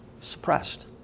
Suppressed